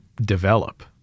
develop